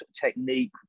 technique